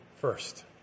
first